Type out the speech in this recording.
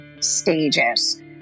stages